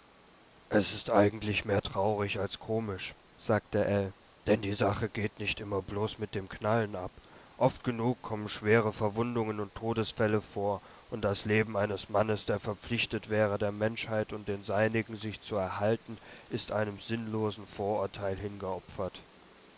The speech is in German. es ist eigentlich mehr traurig als komisch sagte ell denn die sache geht nicht immer bloß mit dem knallen ab oft genug kommen schwere verwundungen und todesfälle vor und das leben eines mannes der verpflichtet wäre der menschheit und den seinigen sich zu erhalten ist einem sinnlosen vorurteil hingeopfert